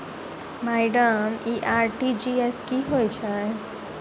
Madam इ RTGS की होइ छैय?